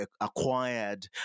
acquired